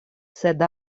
sed